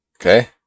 okay